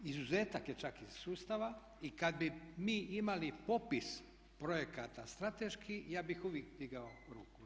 Izuzetak je čak iz sustava i kad bi mi imali popis projekata strateških ja bih uvijek digao ruku u zrak.